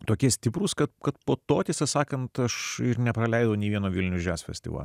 tokie stiprus kad kad po to tiesą sakant aš ir nepraleidau nė vieno vilnius jazz festivalio